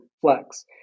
flex